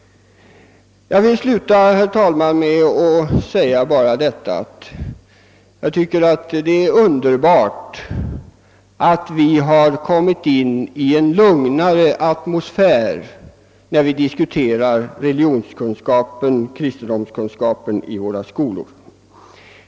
Jag vill, herr talman, sluta med att säga att jag tycker det är underbart att vi nu har kommit in i en lugnare atmosfär när vi diskuterar religionsoch kristendomskunskap i våra skolor.